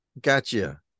gotcha